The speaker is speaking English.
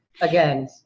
Again